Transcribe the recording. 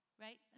right